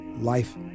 life